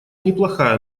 неплохая